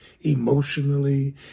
emotionally